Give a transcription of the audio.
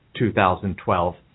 2012